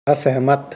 ਅਸਹਿਮਤ